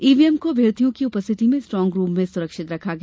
EVM को अभ्यर्थियों की उपस्थिति में स्ट्रांग रूम में सुरक्षित रखा गया